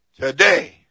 today